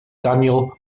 daniel